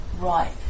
right